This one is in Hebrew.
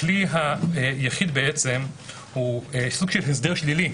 הכלי היחיד בעצם הוא סוג של הסדר שלילי.